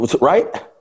Right